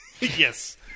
yes